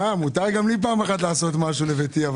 מותר גם לי פעם אחת לעשות משהו לביתי...